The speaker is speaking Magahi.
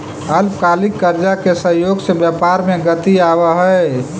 अल्पकालिक कर्जा के सहयोग से व्यापार में गति आवऽ हई